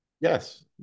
Yes